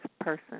person